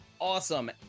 awesome